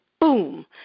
boom